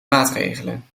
maatregelen